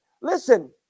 listen